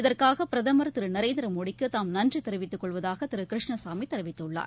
இதற்காக பிரதமர் திரு நரேந்திர மோடிக்கு தாம் நன்றி தெரிவித்துக் கொள்வதாக திரு கிருஷ்ணசாமி தெரிவித்துள்ளார்